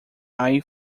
eye